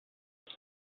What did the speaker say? s’y